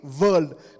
world